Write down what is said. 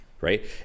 Right